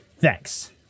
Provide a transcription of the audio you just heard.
Thanks